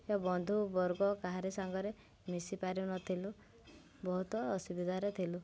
ଏ ବନ୍ଧୁ ବର୍ଗ କାହାରି ସାଙ୍ଗେରେ ମିଶି ପାରୁନଥିଲୁ ବହୁତ ଅସୁବିଧାରେ ଥିଲୁ